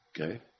Okay